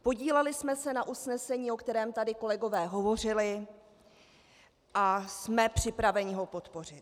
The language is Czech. Podíleli jsme se na usnesení, o kterém tady kolegové hovořili, a jsme připraveni ho podpořit.